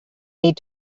need